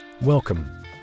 Welcome